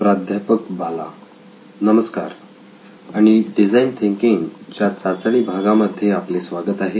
प्राध्यापक बाला नमस्कार आणि डिझाईन थिंकिंग च्या चाचणी भागामध्ये आपले स्वागत आहे